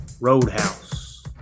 Roadhouse